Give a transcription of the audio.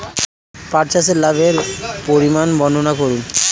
পাঠ চাষের লাভের পরিমান বর্ননা করুন?